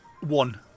One